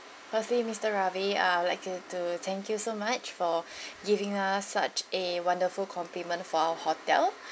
firstly mister Ravi uh I'd like to to thank you so much for giving us such a wonderful compliment for our hotel